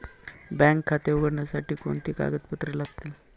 Bank खाते उघडण्यासाठी कोणती कागदपत्रे लागतील?